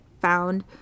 found